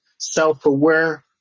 self-aware